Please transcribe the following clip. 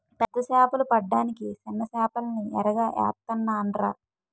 పెద్ద సేపలు పడ్డానికి సిన్న సేపల్ని ఎరగా ఏత్తనాన్రా